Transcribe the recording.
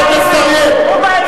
אבל הוא בא אלי, הוא בא אלי.